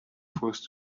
forced